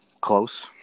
close